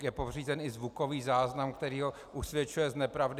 Je pořízen i zvukový záznam, který ho usvědčuje z nepravdy.